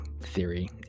theory